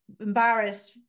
embarrassed